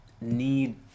need